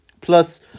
Plus